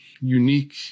unique